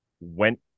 went